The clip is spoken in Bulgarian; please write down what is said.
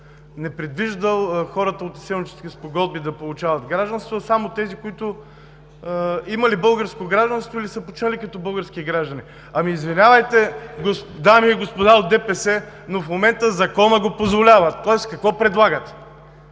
не предвиждал хората от изселническите спогодби да получават гражданство, а само тези, които имали българско гражданство, или са починали като български граждани. Извинявайте, дами и господа от ДПС, но в момента Законът го позволява, тоест какво предлагате?